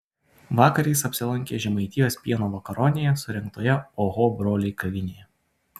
vakar jis apsilankė žemaitijos pieno vakaronėje surengtoje oho broliai kavinėje